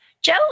Joe